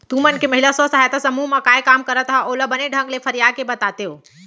तुमन के महिला स्व सहायता समूह म काय काम करत हा ओला बने ढंग ले फरिया के बतातेव?